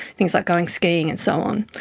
things like going skiing and so on.